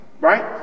right